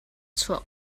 chuah